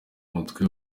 mutwe